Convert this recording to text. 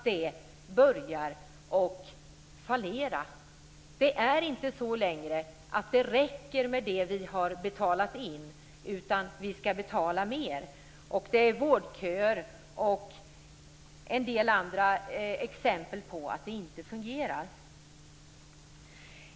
Det räcker inte längre med det som vi har betalat in, utan vi skall betala mer. Vårdköer och annat är exempel på att det inte fungerar.